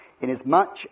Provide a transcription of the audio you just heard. Inasmuch